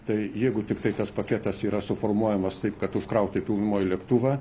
tai jeigu tiktai tas paketas yra suformuojamas taip kad užkrauti pilnumoj lėktuvą